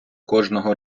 кожного